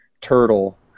turtle